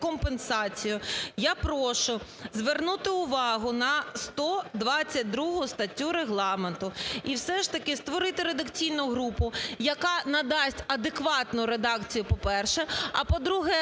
компенсацію, я прошу звернути увагу на 122 статтю Регламенту і все ж таки створити редакційну групу, яка надасть адекватну редакцію, по-перше, а, по-друге,